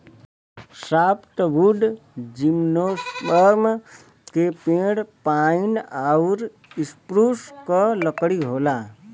softwood gymnosperm के पेड़ pine आउर स्प्रूस क लकड़ी होला